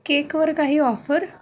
केकवर काही ऑफर